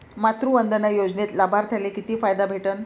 मातृवंदना योजनेत लाभार्थ्याले किती फायदा भेटन?